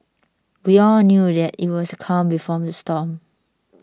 we all knew that it was the calm before the storm